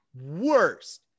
worst